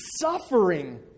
suffering